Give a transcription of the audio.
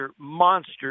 monster